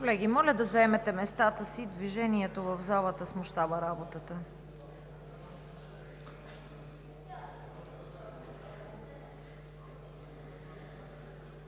Колеги, моля да заемете местата си. Движението в залата смущава работата.